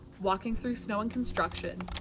walking through snow and construction,